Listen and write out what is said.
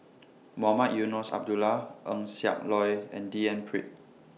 Mohamed Eunos Abdullah Eng Siak Loy and D N Pritt